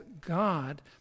God